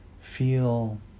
feel